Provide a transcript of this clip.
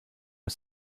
are